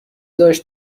داشت